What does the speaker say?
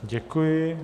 Děkuji.